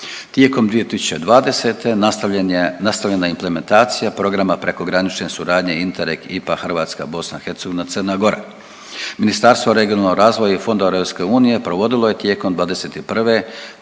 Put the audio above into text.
Tijekom 2020. nastavljena je implementacija Programa prekogranične suradnje inter ekipa Hrvatska – Bosna i Hercegovina – Crna Gora. Ministarstvo regionalnog razvoja i fondova EU provodilo je tijekom 2021.